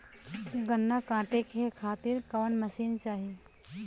गन्ना कांटेके खातीर कवन मशीन चाही?